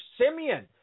Simeon